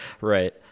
Right